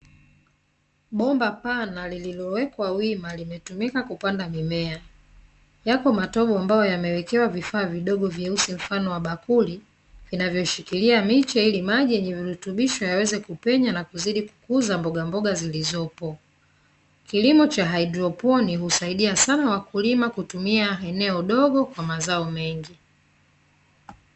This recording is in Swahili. Bomba pana lililowekwa wima limetumika kupanda mimea, yapo matobo ambayo yamewekewa vifaa vidogo vyeusi mfano wa bakuli vinavyoshikilia miche ili maji yenye virutubisho yaweze kupenya na kuzidi kukuza mbogambohga zilizopo. Kilimo cha haedroponi husaidia sana wakulima kutumia eneo dogo kwa mazao mengi.